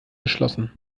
geschlossen